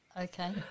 Okay